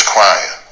Crying